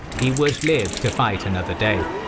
he would live to fight another day.